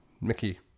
Mickey